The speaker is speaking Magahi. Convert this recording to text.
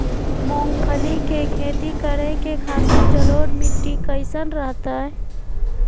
मूंगफली के खेती करें के खातिर जलोढ़ मिट्टी कईसन रहतय?